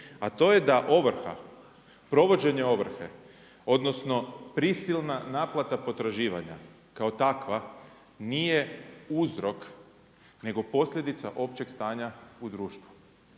a to je da ovrha, provođenje ovrhe, odnosno, prisilna naplata potraživanja, kao takva nije uzrok, nego posljedica općeg stanja u društvu.